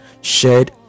shared